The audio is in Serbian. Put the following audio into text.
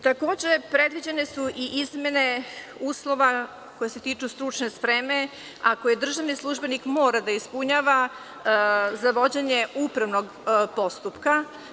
Takođe, predviđene su i izmene uslova koji se tiču stručne spreme, a koje državni službenik mora da ispunjava za vođenje upravnog postupka.